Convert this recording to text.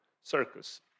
circus